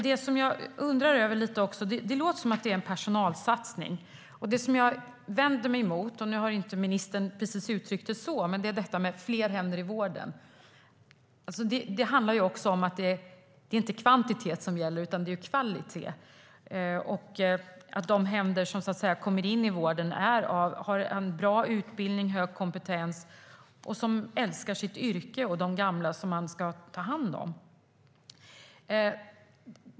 Det jag undrar lite över är att det låter som att det är personalsatsning. Det jag vänder mig emot, även om ministern inte har uttryckt sig precis så, är detta med fler händer i vården. Det handlar ju också om att det inte är kvantitet som gäller, utan det är kvalitet. De händer som kommer in i vården ska ha bra utbildning, hög kompetens samt älska sitt yrke och de gamla de ska ta hand om.